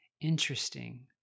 interesting